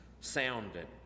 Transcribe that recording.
sounded